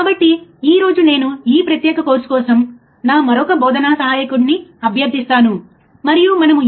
కాబట్టి మళ్ళీ ఈ స్లైడ్లు మీకు ప్రాప్యత ఉన్న చోట చేయడానికి ఉపయోగపడతాయి సరియైనదా